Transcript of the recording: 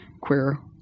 queer